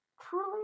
truly